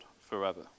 forever